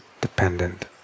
dependent